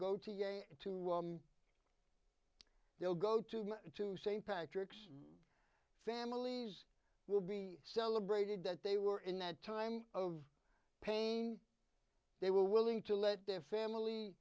go to you too they'll go to go to st patrick's families will be celebrated that they were in that time of pain they were willing to let their family